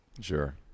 Sure